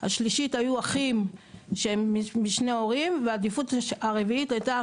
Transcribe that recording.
השלישית היו אחים שהם משני ההורים והעדיפות הרביעית הייתה,